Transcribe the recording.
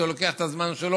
זה לוקח את הזמן שלו.